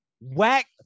Whack